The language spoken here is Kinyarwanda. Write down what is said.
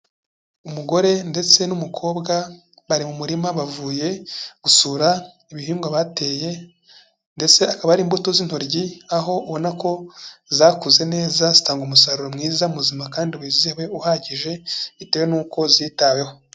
Umugore ndetse n'umukobwa bari mu murima bavuye gusura ibihingwa bateye, ndetse akaba ari imbuto z'intoryi, aho ubona ko zakuze neza zitanga umusaruro mwiza muzima kandi wizewe uhagije bitewe n'uko zitaweho.